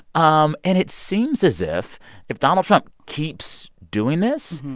um and it seems as if if donald trump keeps doing this,